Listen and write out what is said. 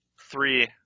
Three